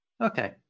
Okay